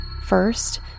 First